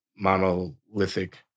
monolithic